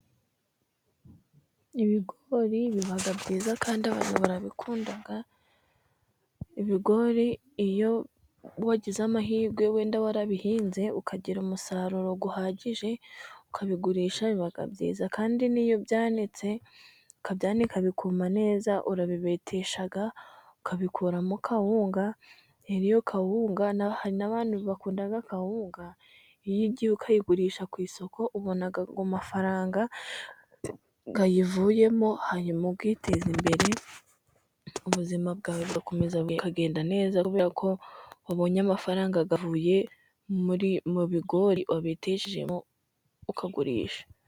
Ibigori biba byiza kandi abantu barabikunda. Ibigori iyo wagize amahirwe wenda warabihinze ukagira umusaruro uhagije ukabigurisha bakabyeza. Kandi n'iyo ubyanitse bikuma neza cyane urabibetesha ukabikuramo kawunga. Hari abantu bakunda kawunga iyo ugiye ukayigurisha ku isoko ubona amafaranga yayivuyemo hanyuma ukiteze imbere ubuzima bwawe bugakomeza bukagenda neza kubera ko wabonye amafaranga yavuye mu bigori wabetesejemo ukagurisha.